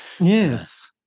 Yes